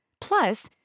Plus